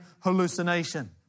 hallucination